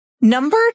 Number